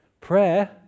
Prayer